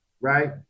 right